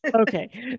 Okay